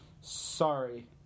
sorry